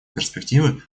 перспективы